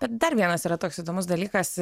bet dar vienas yra toks įdomus dalykas